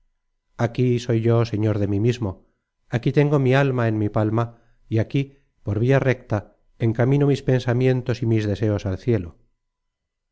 aquí soy yo señor de mí mismo aquí tengo mi alma en mi palma y aquí por via recta encamino mis pensamientos y mis deseos al cielo